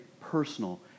personal